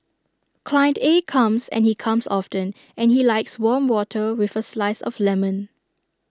client A comes and he comes often and he likes warm water with A slice of lemon